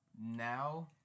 now